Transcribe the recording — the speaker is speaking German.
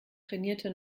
trainierte